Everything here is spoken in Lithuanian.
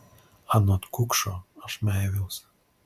anot kukšo aš maiviaus